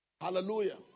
Hallelujah